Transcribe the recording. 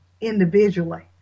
individually